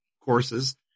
courses